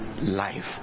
life